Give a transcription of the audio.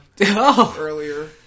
earlier